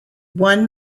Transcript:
one